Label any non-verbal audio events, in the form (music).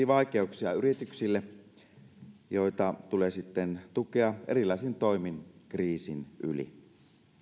(unintelligible) vaikeuksia yrityksille joita tulee sitten tukea erilaisin toimin kriisin yli